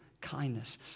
kindness